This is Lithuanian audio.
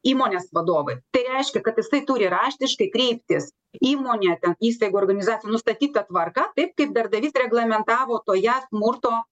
įmonės vadovui tai reiškia kad jisai turi raštiškai kreiptis įmonė įstaigų organizacijų nustatyta tvarka taip kaip darbdavys reglamentavo toje smurto